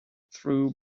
through